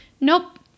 Nope